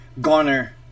garner